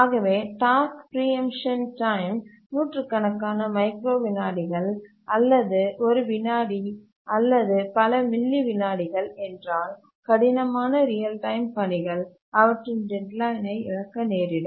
ஆகவே task preemption time நூற்றுக்கணக்கான micro விநாடிகள் அல்லது ஒரு வினாடி அல்லது பல மில்லி விநாடிகள் என்றால் கடினமான ரியல்டைம் பணிகள் அவற்றின் டெட்லைனை இழக்க நேரிடும்